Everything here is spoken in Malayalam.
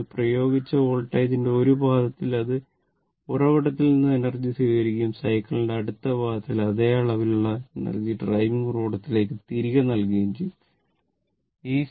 അതിനാൽ പ്രയോഗിച്ച വോൾട്ടേജിന്റെ 1 പാദത്തിൽ ഇത് ഉറവിടത്തിൽ നിന്ന് എനർജി സ്വീകരിക്കുകയും സൈക്കിളിന്റെ അടുത്ത 1 പാദത്തിൽ അതേ അളവിലുള്ള എനർജി ഡ്രൈവിംഗ് ഉറവിടത്തിലേക്ക് തിരികെ നൽകുകയും ചെയ്യുന്നു